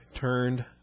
turned